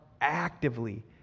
actively